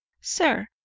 sir